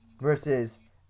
versus